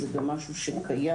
זה גם משהו שקיים.